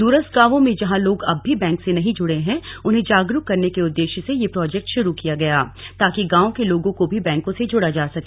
दूरस्थ गांवों में जहां लोग अब भी बैंक से नहीं जुर्ड हैं उन्हें जागरुक करने के उद्देश्य से ये प्रोजेक्ट शुरू किया गया ताकि गांव के लोगों को भी बैंकों से जोडा जा सके